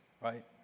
right